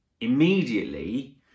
Immediately